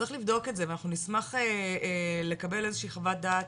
צריך לבדוק את זה ואנחנו נשמח לקבל איזושהי חוות דעת,